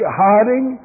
hiding